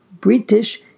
British